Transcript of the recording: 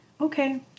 Okay